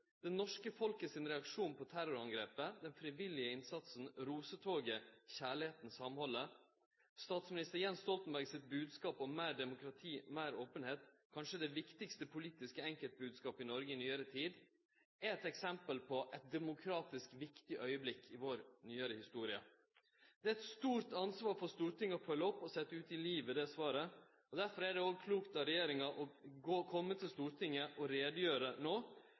Det norske folket sin reaksjon på terrorangrepet, den frivillige innsatsen, rosetoget, kjærleiken, samhaldet, statsminister Jens Stoltenberg sin bodskap om meir demokrati, meir openheit – kanskje den viktigaste politiske enkeltbodskapen i Noreg i nyare tid – er eit eksempel på ein demokratisk viktig augneblink i vår nyare historie. Det er eit stort ansvar for Stortinget å følgje opp og setje ut i livet det svaret. Derfor er det klokt av regjeringa å kome til Stortinget og greie ut om det no